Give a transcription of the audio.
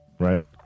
right